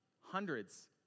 hundreds